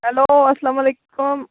hello اسلام علیکُم